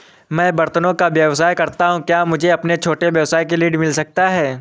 मैं बर्तनों का व्यवसाय करता हूँ क्या मुझे अपने छोटे व्यवसाय के लिए ऋण मिल सकता है?